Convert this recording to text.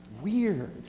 weird